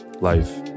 life